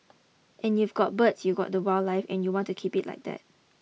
and you've got birds you've got the wildlife and you want to keep it like that